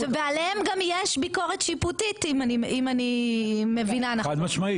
ועליהם גם יש ביקורת שיפוטית אם אני מבינה נכון.